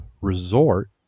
resort